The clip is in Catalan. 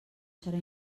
serà